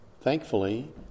thankfully